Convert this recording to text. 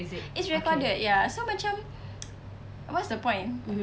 it's recorded ya so macam what's the point